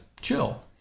chill